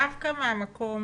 דווקא מהמקום